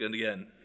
again